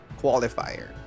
qualifier